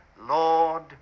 Lord